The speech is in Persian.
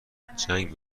جنگ